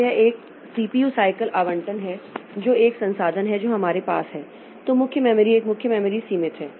तो यह एक सीपीयू सायकल आवंटन है जो एक संसाधन है जो हमारे पास है तो मुख्य मेमोरी एक मुख्य मेमोरी सीमित है